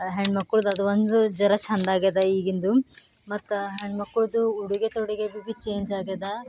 ಹೆಣ್ಮಕ್ಳದು ಅದೊಂದು ಜರ ಛಂದಾಗ್ಯದ ಈಗಿಂದು ಮತ್ತು ಹೆಣ್ಮಕ್ಳದು ಉಡುಗೆ ತೊಡುಗೆದು ಭೀ ಚೇಂಜಾಗ್ಯದ